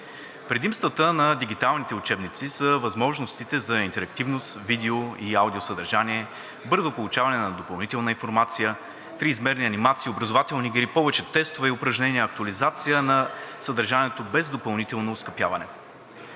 Предимствата на дигиталните учебници са възможностите за интерактивност, видео- и аудиосъдържание, бързо получаване на допълнителна информация, триизмерни анимации, образователни игри, повече тестове и упражнения, актуализация на съдържанието без допълнително оскъпяване.